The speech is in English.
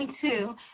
two